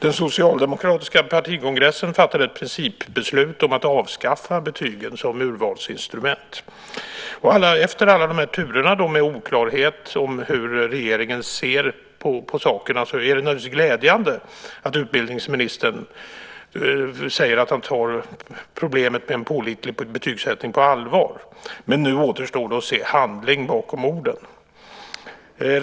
Den socialdemokratiska partikongressen fattade ett principbeslut om att avskaffa betygen som urvalsinstrument. Efter alla de här turerna med oklarhet om hur regeringen ser på sakerna är det naturligtvis glädjande att utbildningsministern säger att han tar problemet med en pålitlig betygssättning på allvar. Men nu återstår det att se handling bakom orden.